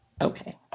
okay